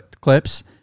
clips